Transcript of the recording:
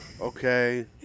Okay